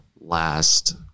last